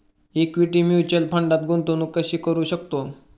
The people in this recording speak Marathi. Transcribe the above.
इक्विटी म्युच्युअल फंडात गुंतवणूक कशी करू शकतो?